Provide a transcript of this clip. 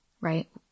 right